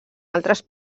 altres